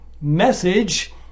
message